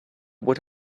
would